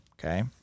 okay